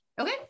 okay